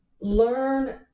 Learn